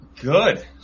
Good